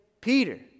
Peter